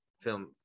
film